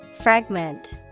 Fragment